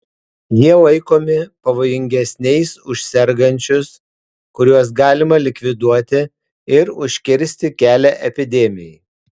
jie laikomi pavojingesniais už sergančius kuriuos galima likviduoti ir užkirsti kelią epidemijai